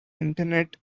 internet